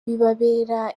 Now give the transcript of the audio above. bibabera